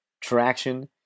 traction